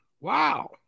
Wow